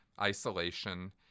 isolation